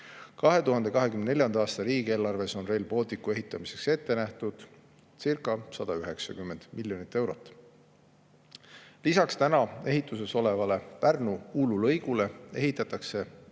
2024. aasta riigieelarves on Rail Balticu ehitamiseks ette nähtudcirca190 miljonit eurot. Lisaks ehituses olevale Pärnu–Uulu lõigule ehitatakse järgmise